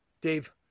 Dave